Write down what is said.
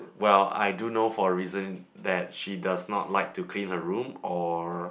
well I don't know for reason that she does not like to clean her room or